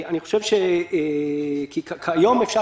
כיום אפשר